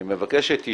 אני מבקש שתשבו,